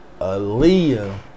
Aaliyah